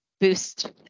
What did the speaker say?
boost